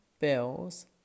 bills